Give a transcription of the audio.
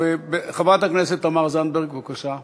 חברת הכנסת תמר זנדברג, בבקשה.